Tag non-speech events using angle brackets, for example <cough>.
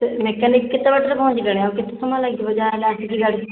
ସେ ମେକାନିକ୍ କେତେ ବାଟରେ ପହଞ୍ଚିଲେଣି ଆଉ କେତେ ସମୟ ଲାଗିବ <unintelligible> ଗାଡ଼ି